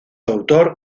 autor